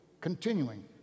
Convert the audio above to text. continuing